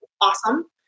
awesome